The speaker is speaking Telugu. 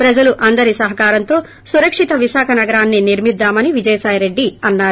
ప్రజల అందరి సహకారంతో సురక్షిత విశాఖ నగరాన్ని నిర్మిద్దామని విజయసాయిరెడ్డి అన్నారు